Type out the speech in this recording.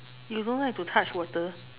you don't like to touch water